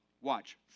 Watch